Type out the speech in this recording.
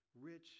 rich